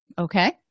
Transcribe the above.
Okay